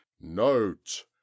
note